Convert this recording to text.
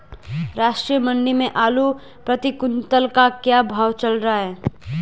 राष्ट्रीय मंडी में आलू प्रति कुन्तल का क्या भाव चल रहा है?